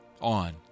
on